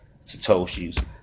Satoshi's